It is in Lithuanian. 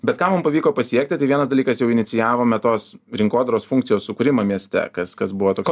bet ką mum pavyko pasiekti tai vienas dalykas jau inicijavome tos rinkodaros funkcijos sukūrimą mieste kas kas buvo toks